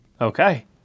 Okay